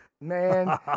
man